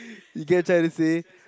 you get try to say